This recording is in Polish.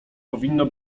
powinno